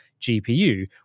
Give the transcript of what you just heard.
GPU